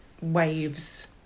waves